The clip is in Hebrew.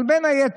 אבל בין היתר,